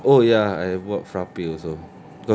what else ah oh ya I bought frappe also